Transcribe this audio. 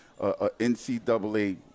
NCAA